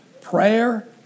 prayer